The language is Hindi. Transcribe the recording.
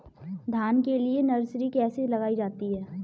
धान के लिए नर्सरी कैसे लगाई जाती है?